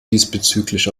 diesbezüglich